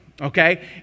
okay